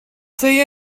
say